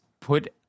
put